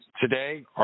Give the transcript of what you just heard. Today